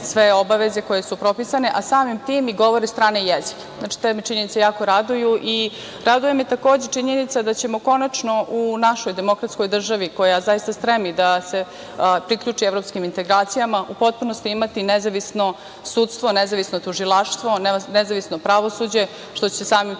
sve obaveze koje su propisane, a samim tim i govore strane jezike. Znači, te me činjenice jako raduju. Takođe me raduje činjenica da ćemo konačno u našoj demokratskoj državi koja, zaista stremi da se priključi evropskim integracijama u potpunosti imati nezavisno sudstvo, nezavisno tužilaštvo, nezavisno pravosuđe, što će samim